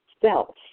self